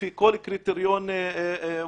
לפי קריטריון מוסרי,